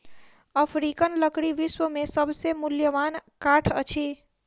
African लकड़ी विश्व के सभ से मूल्यवान काठ अछि